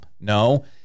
No